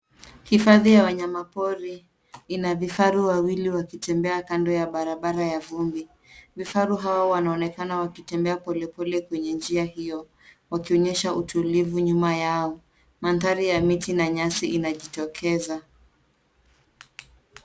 Hifadhi ya wanyamapori ina vifaru wawili wakitembea kando ya barabara ya vumbi. Vifaru hawa wanaonekana wakitembea polepole kwenye njia hiyo wakionyesha utulivu. Nyuma yao mandhari ya miti na nyasi inajitokeza.